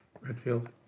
Redfield